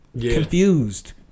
confused